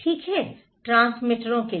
ठीक है ट्रांसमीटरों को